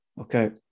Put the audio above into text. okay